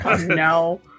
no